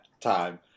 time